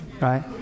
right